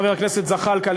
חבר הכנסת זחאלקה.